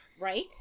right